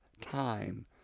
time